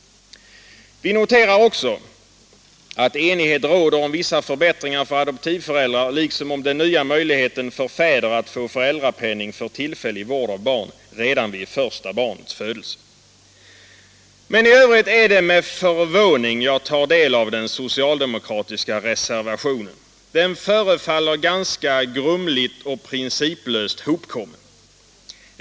Vi noterar också att enighet råder om vissa förbättringar för adoptivföräldrar liksom om den nya möjligheten för fäder att få föräldrapenning för tillfällig vård av barn redan vid första barnets födelse. Men i övrigt är det med förvåning jag tar del av den socialdemokratiska reservationen. Den förefaller ganska grumligt och principlöst hopkommen.